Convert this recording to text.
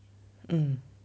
mm